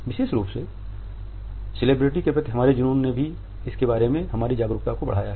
विशेष रूप से सेलिब्रिटी के प्रति हमारे जुनून ने भी इसके बारे में हमारी जागरूकता को बढ़ाया है